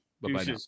Bye-bye